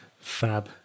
fab